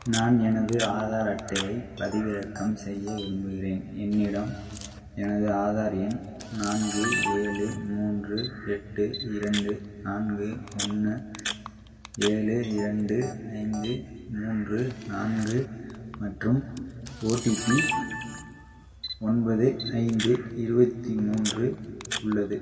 நான் எனது ஆதார் அட்டையைப் பதிவிறக்கம் செய்ய விரும்புகிறேன் என்னிடம் எனது ஆதார் எண் நான்கு ஏழு மூன்று எட்டு இரண்டு நான்கு ஒன்று ஏழு இரண்டு ஐந்து மூன்று நான்கு மற்றும் ஓடிபி ஒன்பது ஐந்து இருபத்தி மூன்று உள்ளது